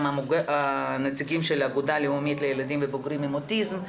גם הנציגים של האגודה הלאומית לילדים ובוגרים עם אוטיזם.